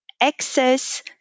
access